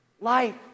Life